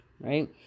right